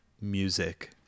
music